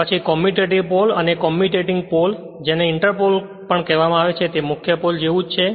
પછી commutative pole commutating pole જેને inter pole પણ કહેવામાં આવે છે તે મુખ્ય પોલ જેવું જ છે